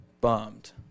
bummed